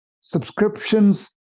subscriptions